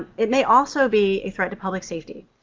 it may also be a threat to public safety.